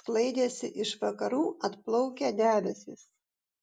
sklaidėsi iš vakarų atplaukę debesys